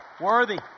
Worthy